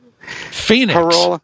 Phoenix